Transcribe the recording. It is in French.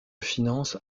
finances